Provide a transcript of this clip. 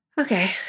Okay